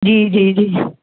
जी जी जी